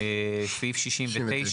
סעיף 69